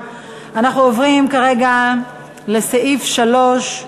עוברים כרגע לסעיף 3,